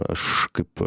aš kaip